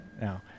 Now